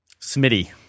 Smitty